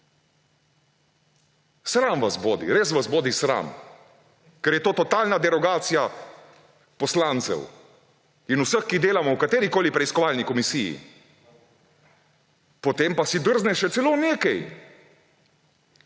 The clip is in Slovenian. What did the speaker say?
Sram vas bodi, res vas bodi sram, ker je to totalna derogacija poslancev in vseh, ki delamo v katerikoli preiskovalni komisiji! Potem pa si drzne še celo nekaj: